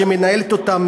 שמנהלת אותם,